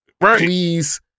please